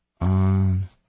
on